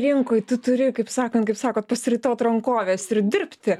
rinkoj tu turi kaip sakan kaip sakot pasiraitot rankoves ir dirbti